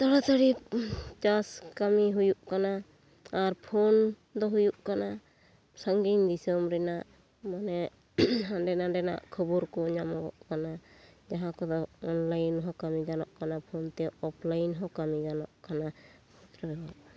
ᱛᱟᱲᱟ ᱛᱟᱹᱲᱤ ᱪᱟᱥ ᱠᱟᱹᱢᱤ ᱦᱩᱭᱩᱜ ᱠᱟᱱᱟ ᱟᱨ ᱯᱷᱳᱱ ᱫᱚ ᱦᱩᱭᱩᱜ ᱠᱟᱱᱟ ᱥᱟᱹᱜᱤᱧ ᱫᱤᱥᱚᱢ ᱨᱮᱱᱟᱜ ᱢᱟᱱᱮ ᱦᱟᱸᱰᱮ ᱱᱟᱰᱮᱱᱟᱜ ᱠᱷᱳᱵᱚᱨ ᱠᱚ ᱧᱟᱢᱚᱜᱚᱜ ᱠᱟᱱᱟ ᱡᱟᱦᱟᱸ ᱠᱚᱫᱚ ᱚᱱᱞᱟᱭᱤᱱ ᱦᱚᱸ ᱠᱟᱹᱢᱤ ᱜᱟᱱᱚᱜ ᱠᱟᱱᱟ ᱯᱷᱳᱱᱛᱮ ᱚᱯᱞᱟᱭᱤᱱ ᱦᱚᱸ ᱠᱟᱹᱢᱤ ᱜᱟᱱᱚᱜ ᱠᱟᱱᱟ